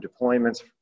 deployments